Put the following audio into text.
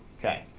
okay.